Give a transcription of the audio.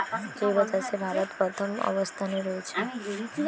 জৈব চাষে ভারত প্রথম অবস্থানে রয়েছে